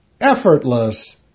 effortless